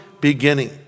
beginning